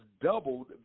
doubled